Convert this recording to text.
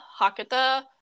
Hakata